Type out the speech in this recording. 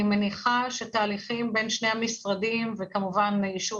אני מניחה שתהליכים בין שני המשרדים וכמובן אישור